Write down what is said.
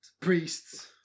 priests